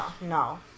No